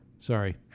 Sorry